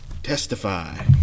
testify